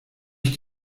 ich